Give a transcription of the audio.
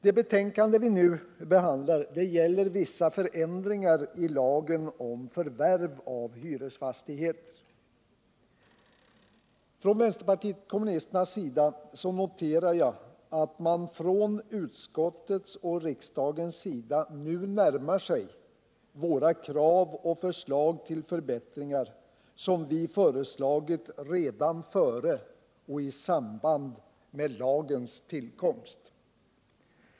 Det betänkande vi nu behandlar gäller vissa förändringar i lagen om förvärv av hyresfastigheter. Jag noterar att man från utskottets och riksdagens sida nu närmar sig vpk:s krav på förbättringar, som vi framförde redan före och i samband med lagens tillkomst.